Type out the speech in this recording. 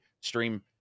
stream